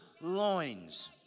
loins